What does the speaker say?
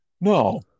No